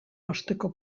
osteko